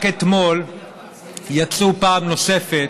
רק אתמול יצאו פעם נוספת